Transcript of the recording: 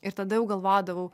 ir tada jau galvodavau